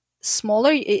smaller